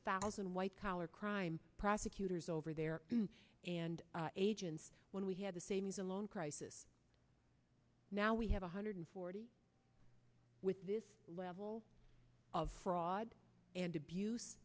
thousand white collar crime prosecutors over there and agents when we had the same as a loan crisis now we have one hundred forty with this level of fraud and abuse